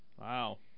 Wow